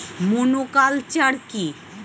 Monoculture কি?